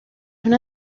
una